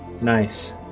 Nice